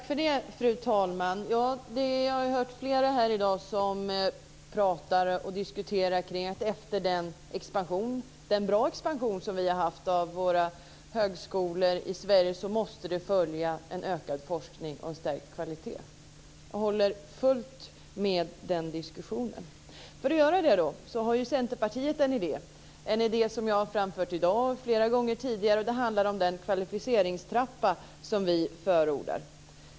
Fru talman! Jag har hört flera här i dag som har talat och diskuterat om att den bra expansion som vi har haft av våra högskolor i Sverige måste följas av en ökad forskning och en stärkt kvalitet. Jag stöder fullt den diskussionen. För att göra det kan jag tala om att Centerpartiet har en idé, en idé som jag har framfört i dag och flera gånger tidigare. Det handlar om den kvalificeringstrappa som vi förordar.